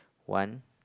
one